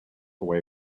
away